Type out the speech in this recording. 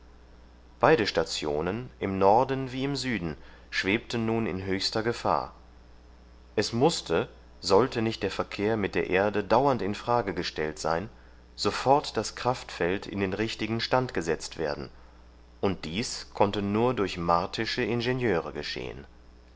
beide stationen im norden wie im süden schwebten nun in höchster gefahr es mußte sollte nicht der verkehr mit der erde dauernd in frage gestellt sein sofort das kraftfeld in den richtigen stand gesetzt werden und dies konnte nur durch martische ingenieure geschehen